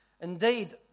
Indeed